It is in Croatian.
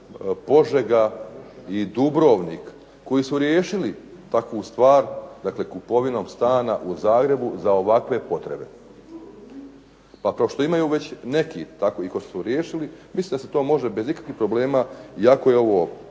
Požega i Dubrovnik koji su riješili takvu stvar, dakle kupovinom stana u Zagrebu za ovakve potrebe. Pa kao što imaju već neki, tako i koji su to riješili mislim da se to može bez ikakvih problema, iako je ovo